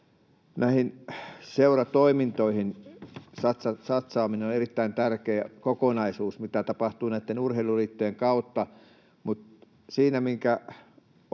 näihin seuratoimintoihin satsaaminen, mitä tapahtuu näitten urheiluliittojen kautta.